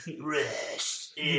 rest